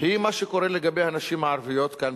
היא מה שקורה לגבי הנשים הערביות כאן,